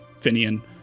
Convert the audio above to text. Finian